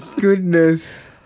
goodness